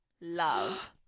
love